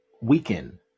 weaken